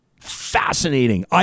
Fascinating